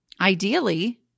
ideally